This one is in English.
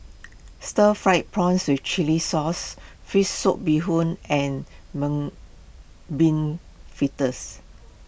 Stir Fried Prawn with Chili Sauce Fish Soup Bee Hoon and Mung Bean Fritters